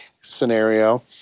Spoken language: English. scenario